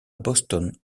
boston